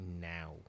now